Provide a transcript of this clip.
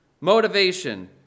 Motivation